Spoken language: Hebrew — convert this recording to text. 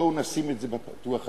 בואו נשים זאת פתוח לשמש,